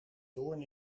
doorn